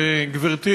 גברתי